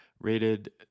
rated